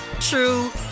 true